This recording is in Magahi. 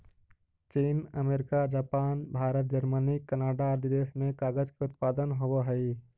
चीन, America, Japan, Bharat, Germany, Canada आदि देश में कागज के उत्पादन होवऽ हई